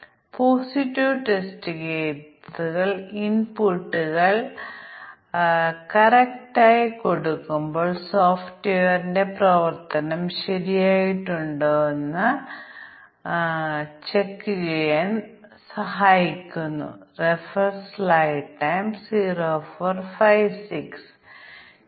അതിനാൽ തുല്യതാ ക്ലാസുകളുടെ അതിരുകൾക്കിടയിൽ പ്രോഗ്രാമർ തെറ്റ് ചെയ്തേക്കാം കാരണം പ്രോഗ്രാമർ സാധാരണയായി പ്രസ്താവനകൾ അല്ലെങ്കിൽ പ്രസ്താവനകൾ മാറുകയാണെങ്കിൽ വ്യത്യസ്ത തുല്യതാ ക്ലാസുകൾ തമ്മിൽ വേർതിരിച്ചറിയാൻ പ്രോഗ്രാമുകൾ എഴുതുന്നു